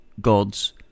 God's